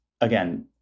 again